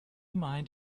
mind